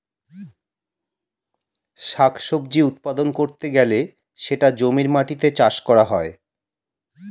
শাক সবজি উৎপাদন করতে গেলে সেটা জমির মাটিতে চাষ করা হয়